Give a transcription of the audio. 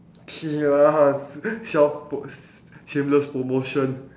pierce self post shameless promotion